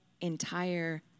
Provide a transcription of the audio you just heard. entire